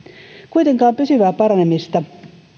kuitenkaan pysyvää paranemista